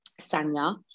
Sanya